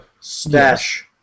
stash